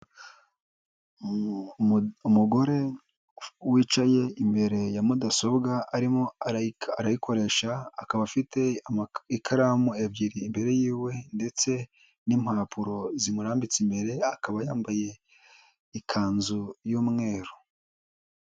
Umugore wicaye imbere ya mudasobwa arimo arayikoresha akaba afite ikaramu ebyiri imbere y'iwe ndetse n'impapuro zimurambitse imbere, akaba yambaye ikanzu y'umweru.